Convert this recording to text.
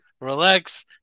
relax